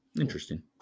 Interesting